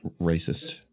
Racist